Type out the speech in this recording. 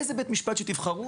איזה בית משפט שתבחרו,